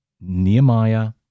Nehemiah